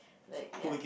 like ya